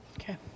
Okay